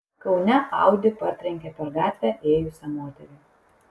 kaune audi partrenkė per gatvę ėjusią moterį